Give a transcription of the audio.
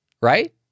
right